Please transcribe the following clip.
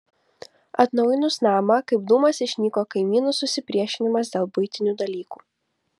atnaujinus namą kaip dūmas išnyko kaimynų susipriešinimas dėl buitinių dalykų